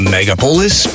Megapolis